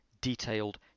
detailed